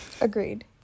Agreed